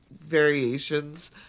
variations